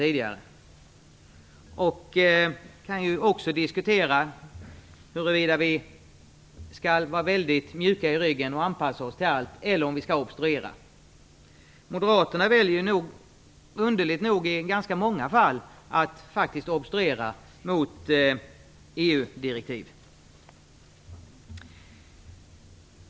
Man kan diskutera huruvida hur vi skall vara mycket mjuka i ryggen och anpassa oss till allt eller om vi skall obstruera. Moderaterna väljer underligt nog i ganska många fall att obstruera mot EU-direktiv.